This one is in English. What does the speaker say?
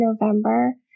November